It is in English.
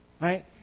right